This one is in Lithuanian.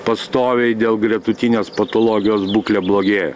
pastoviai dėl gretutinės patologijos būklė blogėja